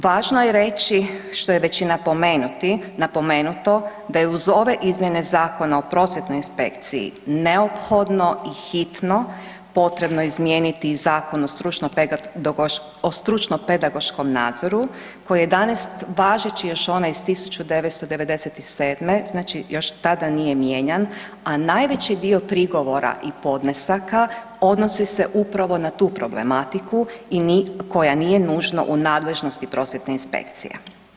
Važno je reći, što je većinom napomenuto da je uz ove izmjene Zakona o prosvjetnoj inspekciji neophodno i hitno potrebno izmijeniti Zakon o stručno pedagoškom nadzoru koji je važeći još onaj iz 1997., znači još od tada nije mijenjan, a najveći dio prigovora i podnesaka odnosi se upravo na tu problematiku koja nije nužno u nadležnosti prosvjetne inspekcije.